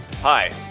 Hi